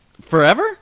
Forever